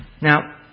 Now